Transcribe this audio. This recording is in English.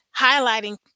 highlighting